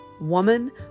Woman